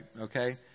okay